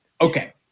Okay